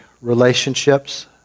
relationships